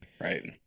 Right